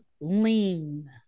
lean